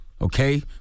Okay